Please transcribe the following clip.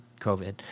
COVID